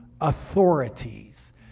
authorities